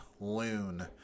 loon